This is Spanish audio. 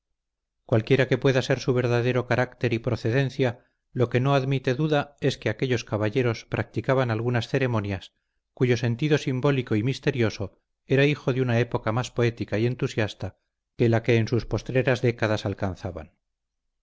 cualquiera que pueda ser su verdadero carácter y procedencia lo que no admite duda es que aquellos caballeros practicaban algunas ceremonias cuyo sentido simbólico y misterioso era hijo de una época más poética y entusiasta que la que en sus postreras décadas alcanzaban